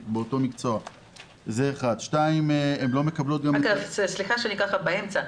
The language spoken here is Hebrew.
באותו מקצוע --- סליחה שאני קוטעת באמצע.